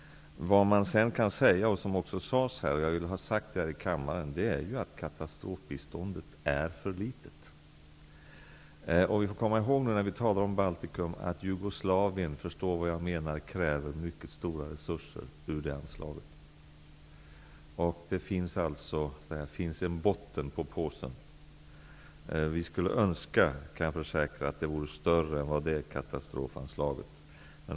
Vad som redan nämnts och som jag också vill säga här i kammaren är att katastrofbiståndet är för litet. När vi talar om Baltikum måste vi också komma ihåg -- och förstå mig då rätt -- att Jugoslavien kräver mycket stora resurser ur det anslaget. Det finns alltså en botten på påsen. Jag kan försäkra att vi skulle önska att katastrofanslaget vore större.